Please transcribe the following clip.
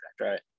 right